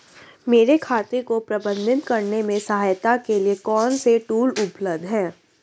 मेरे खाते को प्रबंधित करने में सहायता के लिए कौन से टूल उपलब्ध हैं?